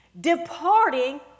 departing